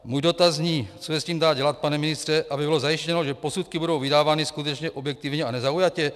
Můj dotaz zní, co se s tím dá dělat, pane ministře, aby bylo zajištěno, že posudky budou vydávány skutečně objektivně a nezaujatě.